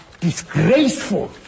disgraceful